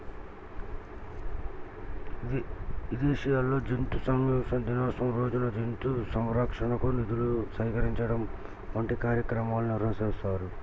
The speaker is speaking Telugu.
విదేశాల్లో జంతు సంక్షేమ దినోత్సవం రోజున జంతు సంరక్షణకు నిధులు సేకరించడం వంటి కార్యక్రమాలు నిర్వహిస్తారు